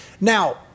Now